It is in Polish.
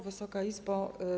Wysoka Izbo!